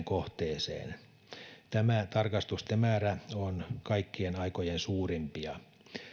kohteeseen tämä tarkastusten määrä on kaikkien aikojen suurimpia